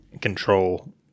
control